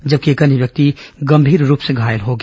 जबकि एक अन्य व्यक्ति गंभीर रूप से घायल हो गया